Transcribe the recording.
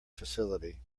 facility